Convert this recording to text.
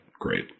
great